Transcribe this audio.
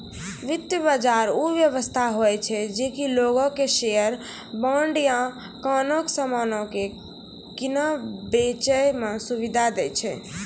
वित्त बजार उ व्यवस्था होय छै जे कि लोगो के शेयर, बांड या कोनो समानो के किनै बेचै मे सुविधा दै छै